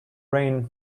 rain